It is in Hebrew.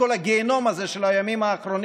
את כל הגיהינום הזה של האי-ודאות בימים האחרונים,